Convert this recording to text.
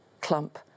clump